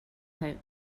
hope